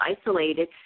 isolated